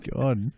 God